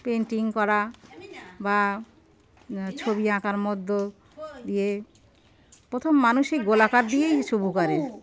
painting করা বা ছবি আঁকার মধ্য দিয়ে প্রথম মানুষ সেই গোলাকার দিয়েই শুরু করেন